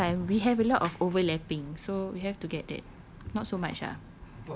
at the same time we have a lot of overlapping so we have to get that not so much ah